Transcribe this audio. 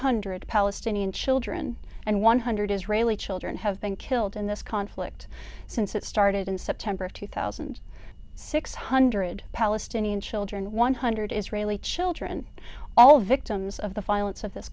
hundred palestinian children and one hundred israeli children have been killed in this conflict since it started in september of two thousand and six hundred palestinian children one hundred israeli children all victims of the file it said this